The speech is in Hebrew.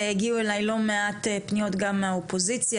הגיעו אליי לא מעט פניות גם מהאופוזיציה,